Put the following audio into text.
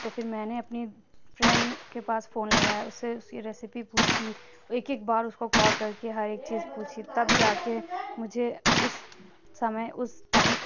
تو پھر میں نے اپنی فرینڈ کے پاس فون لگایا اُس سے اُس کی ریسیپی پوچھی ایک ایک بار اُس کو کال کر کے ہر ایک چیز پوچھی تب جاکے مجھے اُس سمعے اُس ٹائم